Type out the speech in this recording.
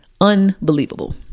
Unbelievable